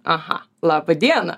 aha laba diena